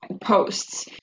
posts